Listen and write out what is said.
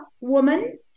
woman